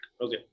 Okay